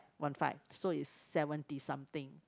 one five so it's seventy something